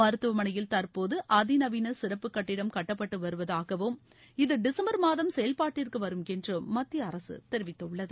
மருத்துவமனையில் தற்போது அதிநவீன சிறப்பு கட்டிடம் கட்டப்பட்டு வருவதாகவும் இது டிசம்பர் மாதம் செயல்பாட்டிற்கு வரும் என்றும் மத்திய அரசு தெரிவித்துள்ளது